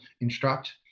instruct